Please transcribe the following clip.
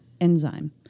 enzyme